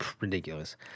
ridiculous